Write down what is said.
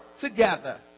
together